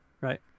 Right